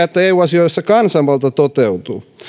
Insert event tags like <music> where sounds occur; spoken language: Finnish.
<unintelligible> että eu asioissa kansanvalta toteutuu